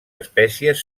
espècies